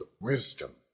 wisdom